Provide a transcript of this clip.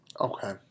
Okay